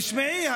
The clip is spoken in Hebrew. תשמעי.